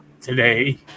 today